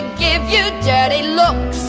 give your dad a look.